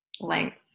length